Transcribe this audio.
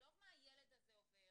עזוב את מה הילד הזה עובר,